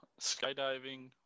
skydiving